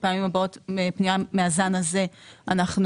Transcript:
בפעמים הבאות פנייה מהזן הזה אנחנו